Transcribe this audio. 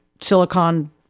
silicon